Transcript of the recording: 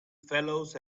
fellows